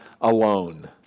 alone